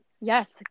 Yes